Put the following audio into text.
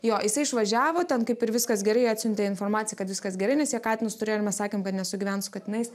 jo jisai išvažiavo ten kaip ir viskas gerai atsiuntė informaciją kad viskas gerai nes jie katinus turėjo ir mes sakėm kad nesugyvens su katinais